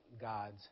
God's